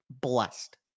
blessed